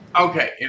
okay